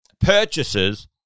purchases